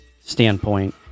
standpoint